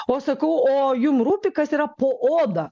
o sakau o jum rūpi kas yra po oda